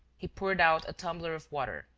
he poured out a tumbler of water,